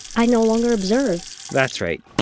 i no longer observe that's right.